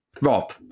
Rob